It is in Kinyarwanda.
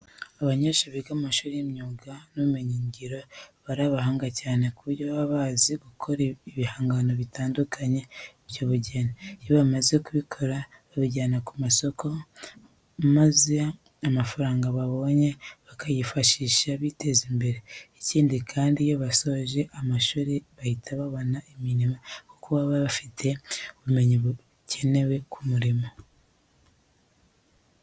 Abanyeshuri biga mu mashuri y'imyuga n'ubumenyingiro baba ari abahanga cyane ku buryo baba bazi gukora ibihangano bitandukanye by'ubugeni. Iyo bamaze kubikora babijyana ku masoko maza amafaranga babonye bakayifashisha biteza imbere. Ikindi kandi, iyo basoje amashuri bahita babona imirimo kuko baba bafite ubumenyi bukenewe ku murimo.